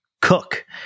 cook